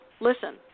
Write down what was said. listen